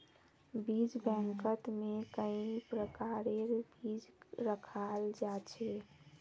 बीज बैंकत में कई प्रकारेर बीज रखाल जा छे